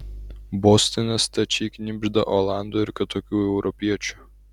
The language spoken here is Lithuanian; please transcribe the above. bostone stačiai knibžda olandų ir kitokių europiečių